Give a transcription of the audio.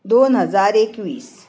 दोन हजार एकवीस